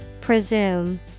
Presume